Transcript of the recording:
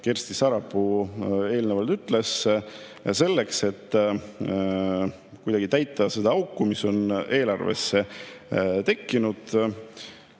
Kersti Sarapuu eelnevalt ütles, sellele, et kuidagi täita seda auku, mis on eelarvesse tekkinud.